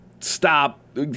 stop